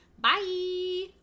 bye